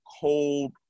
cold